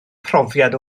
profiad